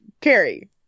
Carrie